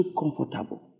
comfortable